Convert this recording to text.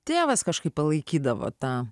tėvas kažkaip palaikydavo tą